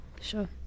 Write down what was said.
sure